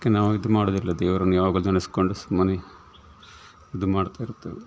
ಅದಕ್ಕೆ ನಾವು ಇದು ಮಾಡೋದಿಲ್ಲ ದೇವರನ್ನು ಯಾವಾಗ ನೆನೆಸಿಕೊಂಡು ಸುಮ್ಮನೆ ಇದು ಮಾಡುತ್ತಾ ಇರುತ್ತೇವೆ